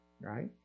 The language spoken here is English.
Right